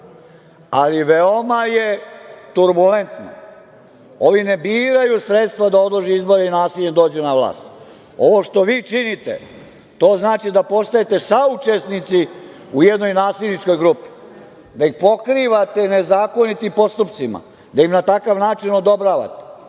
ali veoma je turbulentno. Ovi ne biraju sredstva da odlože izbore i nasiljem dođu na vlast. Ovo što vi činite, to znači da postajete saučesnici u jednoj nasilničkoj grupi, da ih pokrivate nezakonitim postupcima, da im na takav način odobravate.